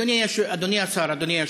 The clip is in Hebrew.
אדוני השר, אדוני היושב-ראש,